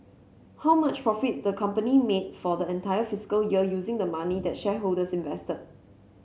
how much profit the company made for the entire fiscal year using the money that shareholders invested